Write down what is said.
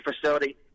facility